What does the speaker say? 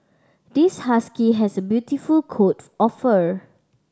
this husky has a beautiful coat of fur